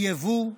יבוא,